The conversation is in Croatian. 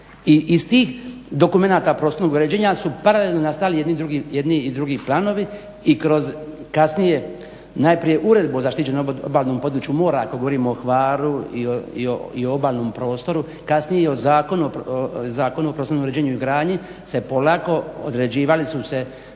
I iz tih dokumenata prostornog uređenja su paralelno nastali jedni i drugi planovi i kroz kasnije najprije Uredbu o zaštićenom obalnom području mora ako govorimo o Hvaru i o obalnom prostoru kasnije i o Zakonu o prostornom uređenju i gradnji se polako određivali su se